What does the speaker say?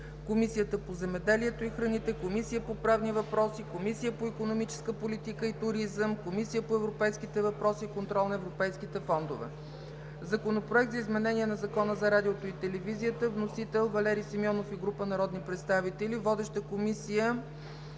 Комисията по земеделието и храните, Комисията по правни въпроси, Комисията по икономическа политика и туризъм, Комисията по европейски въпроси и контрол на европейските фондове. Законопроект за изменение на Закона за радиото и телевизията. Вносител – Валери Симеонов и група народни представители. Водеща е Комисията